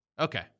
Okay